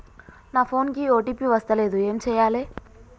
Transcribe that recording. నా ఫోన్ కి ఓ.టీ.పి వస్తలేదు ఏం చేయాలే?